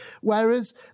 whereas